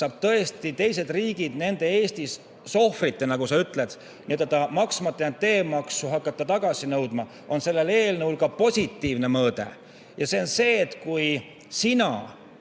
saavad tõesti teised riigid nende Eesti sohvrite, nagu sa ütled, maksmata jäänud teemaksu hakata tagasi nõudma, on sellel eelnõul ka positiivne külg. Ja see on see, et kui sina